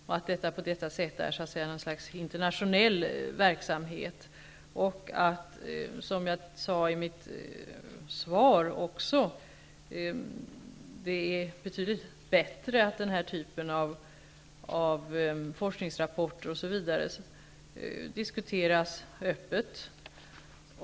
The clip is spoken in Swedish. Detta blir på det här sättet något slags internationell verksamhet. Som jag sade i mitt svar anser jag att det är betydligt bättre att den här typen av forskningsrapporter diskuteras öppet.